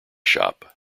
shop